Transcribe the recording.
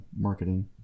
marketing